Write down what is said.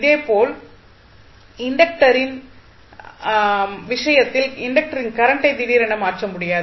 இதேபோல் இண்டக்டரின் விஷயத்தில் இண்டக்டரின் கரண்டை திடீரென மாற்ற முடியாது